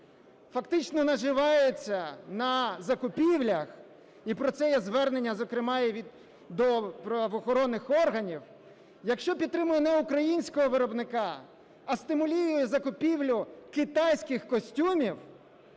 фактично наживається на закупівлях, і про це є звернення, зокрема і до правоохоронних органів; якщо підтримує не українського виробника, а стимулює закупівлю китайський костюмів,